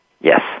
Yes